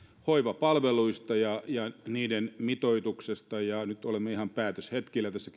hoivapalveluista ja ja niiden mitoituksesta ja nyt olemme ihan päätöshetkillä tässä